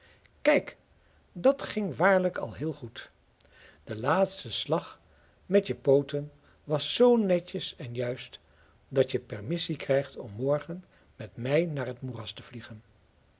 kijk dat ging waarlijk al heel goed de laatste slag met je pooten was zoo netjes en juist dat je permissie krijgt om morgen met mij naar het moeras te vliegen